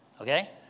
Okay